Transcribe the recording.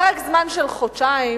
פרק זמן של חודשיים,